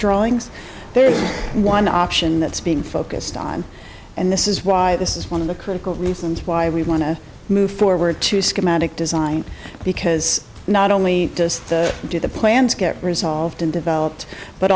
drawings there's one option that's being focused on and this is why this is one of the critical reasons for i we want to move forward to schematic design because not only do the plans get resolved and developed but